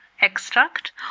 extract